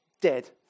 dead